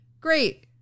great